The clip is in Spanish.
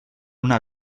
una